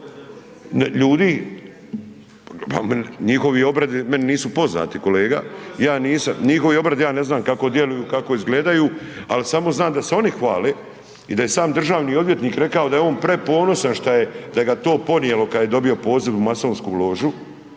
…/Upadica sa strane, ne razumije se./… … njihovi obredi ja ne znam kako djeluju, kako izgledaju ali samo znam da se oni hvale i daj e sam državni odvjetnik rekao da je on preponosan šta je da ga je to ponijelo kad je dobio poziv u masonsku ložu,